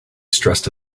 stressed